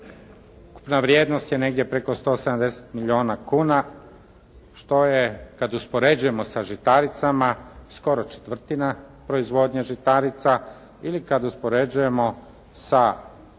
Ukupna vrijednost je negdje preko 170 milijuna kuna što je kad uspoređujemo sa žitaricama skoro četvrtina proizvodnje žitarica ili kad uspoređujemo sa